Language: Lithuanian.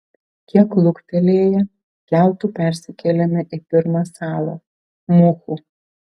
kiek luktelėję keltu persikėlėme į pirmą salą muhu